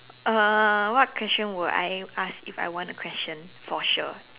uh what question will I ask if I want a question for sure